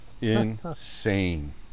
Insane